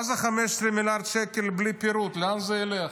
מה זה 15 מיליארד שקל בלי פירוט, לאן זה ילך?